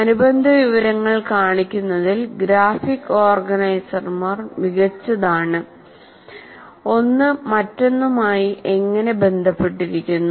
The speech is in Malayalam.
അനുബന്ധ വിവരങ്ങൾ കാണിക്കുന്നതിൽ ഗ്രാഫിക് ഓർഗനൈസർ മികച്ചതാണ് ഒന്ന് മറ്റൊന്നുമായി എങ്ങനെ ബന്ധപ്പെട്ടിരിക്കുന്നു